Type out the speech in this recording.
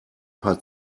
paar